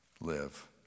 live